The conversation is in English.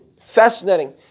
Fascinating